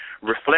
reflect